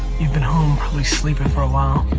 you've been home, probably sleeping, for a while.